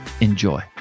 enjoy